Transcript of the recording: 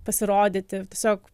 pasirodyti tiesiog